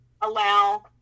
allow